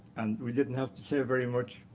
and we didn't have to say very much,